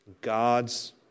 God's